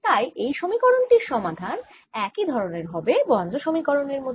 তাই এই সমীকরণ টির সমাধান একই ধরনের হবে পোয়াসোঁ সমীকরণের মত